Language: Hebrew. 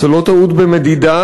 זו לא טעות במדידה,